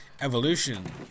evolution